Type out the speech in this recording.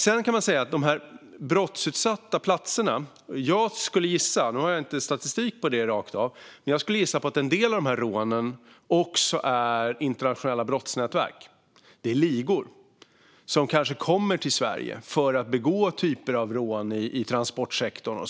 Jag har inte statistik på detta, men jag skulle gissa att en del av rånen på de brottsutsatta platserna begås av internationella brottsnätverk, av ligor som kommer till Sverige för att begå olika typer av rån i transportsektorn.